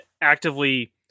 actively